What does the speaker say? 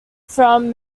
from